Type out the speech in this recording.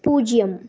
பூஜ்ஜியம்